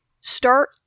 start